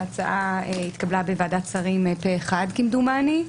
ההצעה התקבלה בוועדת שרים פה אחד כמדומני.